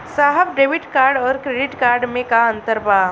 साहब debit card और credit card में का अंतर बा?